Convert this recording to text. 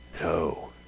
No